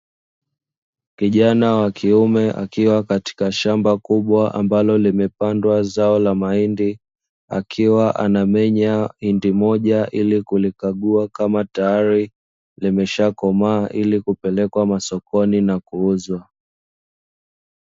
Kijana wa kiume akiwa katika shamba kubwa ambalo limepandwa zao la mahindi, akiwa anamenya hindi moja ili kulikagua kama tayari limeshakomaa ilikulipelekwa masokoni kuuzwa.